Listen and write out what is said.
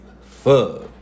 Fuck